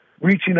reaching